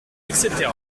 etc